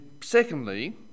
secondly